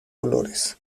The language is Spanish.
colores